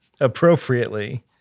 appropriately